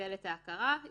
לבטל את ההכרה בחייב,